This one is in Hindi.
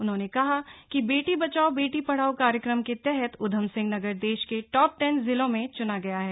उन्होंने कहा कि बेटी बचाओ बेटी पढ़ाओ कार्यक्रम के तहत उधम सिंह नगर देश के टॉप टेन जिलों में चुना गया है